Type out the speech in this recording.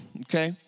okay